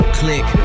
click